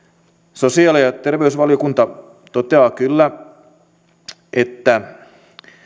sosiaali ja terveysvaliokunta toteaa kyllä että